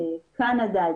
קנדה,